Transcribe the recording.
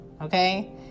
Okay